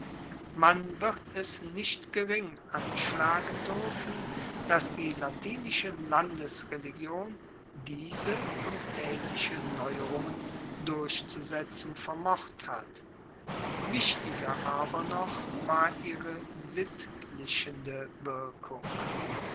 man wird es nicht gering anschlagen duerfen dass die latinische landesreligion diese und aehnliche neuerungen durchzusetzen vermocht hat wichtiger aber noch war ihre sittlichende wirkung